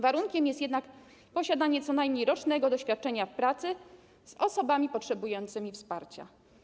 Warunkiem jest jednak posiadanie co najmniej rocznego doświadczenia w pracy z osobami potrzebującymi wsparcia.